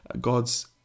God's